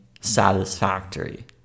satisfactory